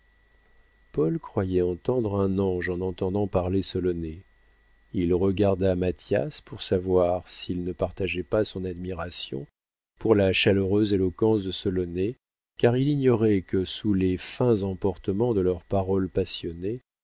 paul croyait entendre un ange en entendant parler solonet il regarda mathias pour savoir s'il ne partageait pas son admiration pour la chaleureuse éloquence de solonet car il ignorait que sous les feints emportements de leurs paroles passionnées